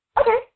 Okay